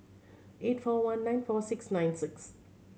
eight four one nine four six nine six